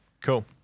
Cool